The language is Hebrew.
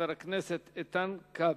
חבר הכנסת איתן כבל,